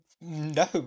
no